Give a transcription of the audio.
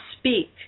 speak